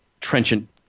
trenchant